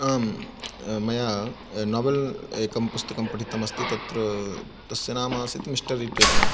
आं मया नोवेल् एकं पुस्तकं पठितम् अस्ति तत्र तस्य नाम आसीत् मिश्टर् इरिटेटिङ्